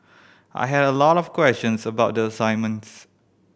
I had a lot of questions about the assignments